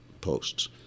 posts